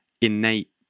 innate